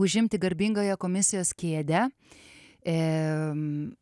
užimti garbingąją komisijos kėdę